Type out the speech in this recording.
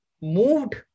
moved